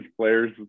players